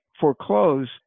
foreclose